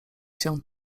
się